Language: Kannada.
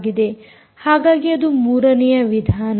ಹಾಗಾಗಿ ಅದು ಮೂರನೆಯ ವಿಧಾನ